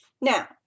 Now